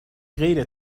غیر